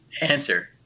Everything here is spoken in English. Answer